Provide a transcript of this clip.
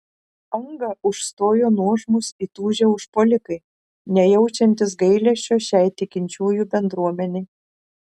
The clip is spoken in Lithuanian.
angą užstojo nuožmūs įtūžę užpuolikai nejaučiantys gailesčio šiai tikinčiųjų bendruomenei